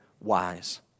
wise